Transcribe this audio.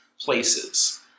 places